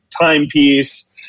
timepiece